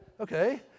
okay